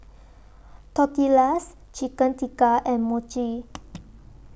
Tortillas Chicken Tikka and Mochi